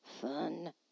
fun